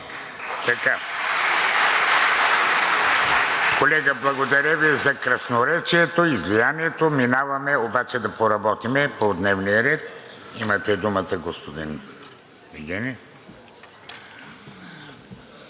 Колега, благодаря Ви за красноречието, излиянието. Минаваме нататък – да поработим по дневния ред. Имате думата, господин Вигенин.